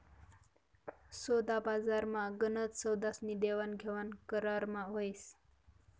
सोदाबजारमा गनच सौदास्नी देवाणघेवाण करारमा व्हस